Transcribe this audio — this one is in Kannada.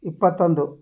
ಇಪ್ಪತ್ತೊಂದು